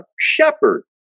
shepherd